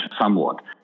somewhat